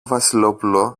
βασιλόπουλο